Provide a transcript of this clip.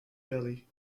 belly